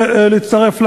חברי כנסת נכבדים,